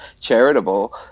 charitable